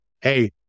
hey